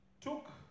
took